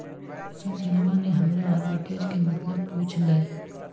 सुशीलवा ने हमरा आर्बिट्रेज के मतलब पूछ लय